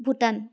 Bhutan